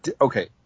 okay